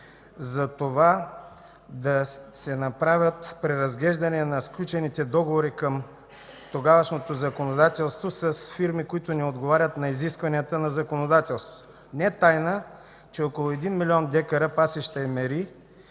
затова да се направи преразглеждане на сключените договори към тогавашното законодателство с фирми, които не отговарят на изискванията на законодателството. Не е тайна, че около 1 млн. дка пасища и